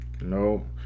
No